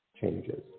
changes